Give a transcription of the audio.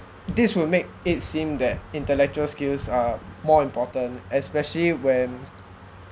this will make it seem that intellectual skills are more important especially when